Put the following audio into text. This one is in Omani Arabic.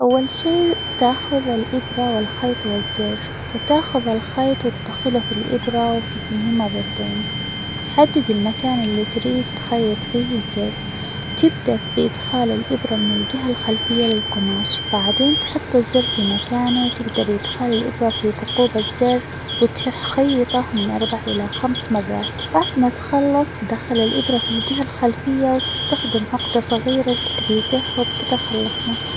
أول شيء تاخذ الإبرة ،والخيط ،والزر ،وتاخذ الخيط وتدخله في الإبرة ،وتثنه مرتين ،وتحدد المكان اللى تريد تخيط فيه الزر ، وتبدأ بإدخال الإبرة من الجهة الخلفية للقماش ،وبعدين تحط الزر في مكانه وتبدأ بإدخال الإبرة فى ثقوب الزر ،وت-يح-خيطه من أربع إلي خمس مرات ،بعد ما تخلص تدخل الإبرة فى الجهة الخلفية ،وتستخدم عقدة صغيرة لتثبيته ،وبكده خلصنا.